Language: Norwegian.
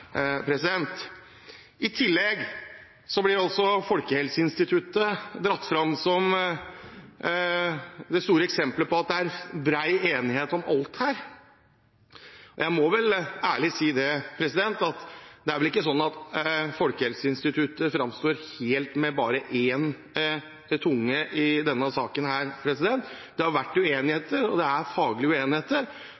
I tillegg blir Folkehelseinstituttet dratt fram som det store eksemplet på at det er bred enighet om alt her. Jeg må ærlig si at det er vel ikke helt sånn at Folkehelseinstituttet framstår med bare én tunge i denne saken. Det har vært